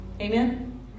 Amen